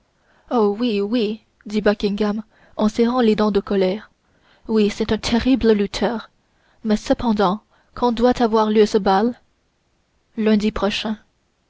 oh oui oui dit buckingham en serrant les dents de colère oui c'est un terrible lutteur mais cependant quand doit avoir lieu ce bal lundi prochain